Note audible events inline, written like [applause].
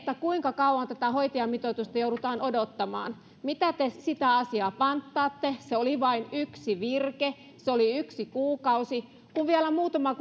kuinka kauan ylipäänsä tätä hoitajamitoitusta joudutaan odottamaan mitä te sitä asiaa panttaatte se oli vain yksi virke se oli yksi kuukausi kun vielä muutama [unintelligible]